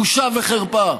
בושה וחרפה.